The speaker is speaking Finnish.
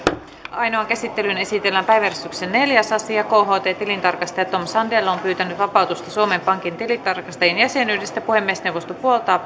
ainoaan käsittelyyn esitellään päiväjärjestyksen neljäs asia kht tilintarkastaja tom sandell on pyytänyt vapautusta suomen pankin tilintarkastajien jäsenyydestä puhemiesneuvosto puoltaa